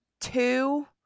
two